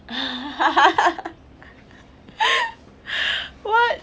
what